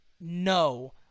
No